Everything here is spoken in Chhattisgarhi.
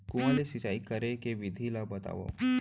कुआं ले सिंचाई करे के विधि ला बतावव?